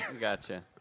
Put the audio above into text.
Gotcha